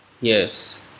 yes